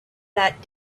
that